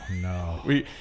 no